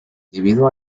debido